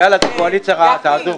גפני, יאללה, זאת קואליציה רעה, תעזוב.